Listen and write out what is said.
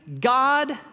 God